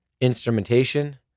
instrumentation